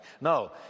No